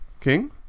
King